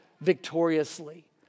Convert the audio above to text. victoriously